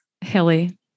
Hilly